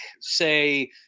say